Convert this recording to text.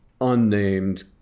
unnamed